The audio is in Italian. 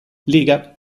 liga